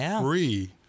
free